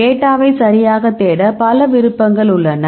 டேட்டாவை சரியாக தேட பல விருப்பங்கள் உள்ளன